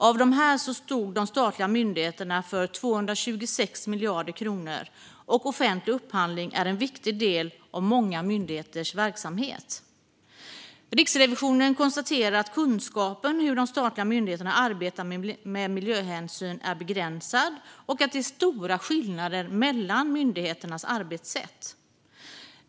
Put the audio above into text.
Av dessa stod de statliga myndigheterna för 226 miljarder kronor, och offentlig upphandling är en viktig del av många myndigheters verksamhet. Riksrevisionen konstaterar att kunskapen om hur de statliga myndigheterna arbetar med miljöhänsyn är begränsad och att det finns stora skillnader mellan myndigheterna när det gäller arbetssätt.